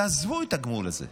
תעזבו את הגמול הזה.